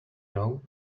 know